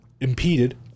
impeded